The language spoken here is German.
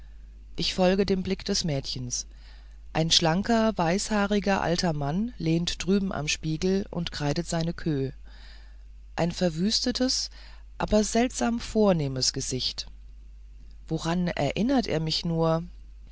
ich folgte dem blick des mädchens ein schlanker weißhaariger alter mann lehnt drüben am spiegel und kreidet seine queue ein verwüstetes aber seltsam vornehmes gesicht woran erinnert er mich nur